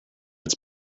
its